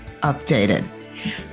updated